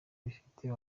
bifitiye